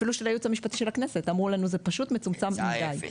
אפילו של הייעוץ המשפטי של הכנסת אמרו לנו זה פשוט מצומצם מידי.